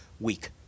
week